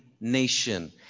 nation